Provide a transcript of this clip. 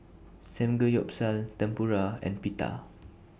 Samgeyopsal Tempura and Pita